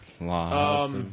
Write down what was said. lots